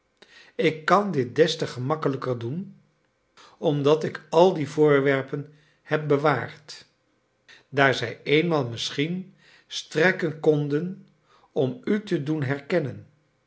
ik kan dit des te gemakkelijker doen omdat ik al die voorwerpen heb bewaard daar zij eenmaal misschien strekken konden om u te doen herkennen